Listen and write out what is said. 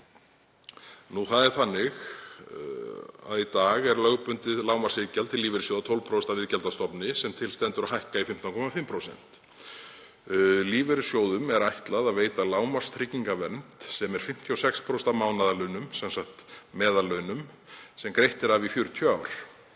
að óþörfu. Í dag er lögbundið lágmarksiðgjald til lífeyrissjóða 12% af iðgjaldsstofni og til stendur að hækka það í 15,5%. Lífeyrissjóðum er ætlað að veita lágmarkstryggingavernd sem er 56% af mánaðarlaunum, sem sagt meðallaunum, sem greitt er af í 40 ár.